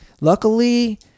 luckily